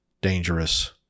dangerous